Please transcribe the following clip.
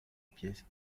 pièce